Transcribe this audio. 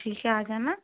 ठीक है आ जाना